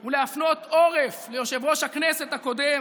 הוא להפנות עורף ליושב-ראש הכנסת הקודם